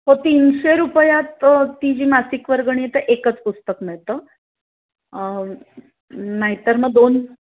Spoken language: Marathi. हो तीनशे रुपयात ती जी मासिक वर्गणी आहे तर एकच पुस्तक मिळतं नाहीतर मग दोन